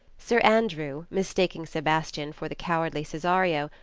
sir andrew, mistaking sebastian for the cowardly cesario,